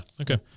Okay